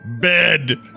bed